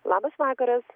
labas vakaras